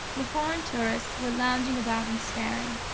the foreign tourists, were lounging about and staring.